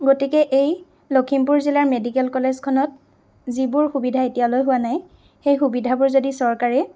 গতিকে এই লখিমপুৰ জিলাৰ মেডিকেল কলেজখনত যিবোৰ সুবিধা এতিয়ালৈ হোৱা নাই সেই সুবিধাবোৰ যদি চৰকাৰে